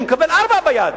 ומקבל 4,000 ביד.